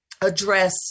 address